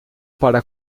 para